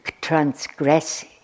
transgress